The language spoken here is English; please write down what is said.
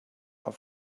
are